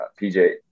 PJ